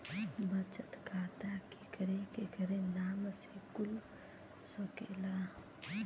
बचत खाता केकरे केकरे नाम से कुल सकेला